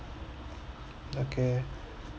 okay